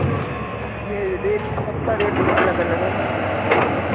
ये रेट सबका रेट तो अलग अलग है मैम